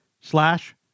slash